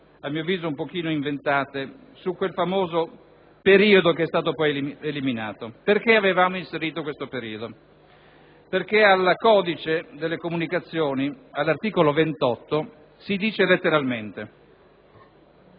a mio avviso un po' inventate, sul famoso periodo che è stato poi eliminato. Perché lo avevamo inserito? Perché nel Codice delle comunicazioni, all'articolo 28, si dice letteralmente: